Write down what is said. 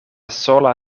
sola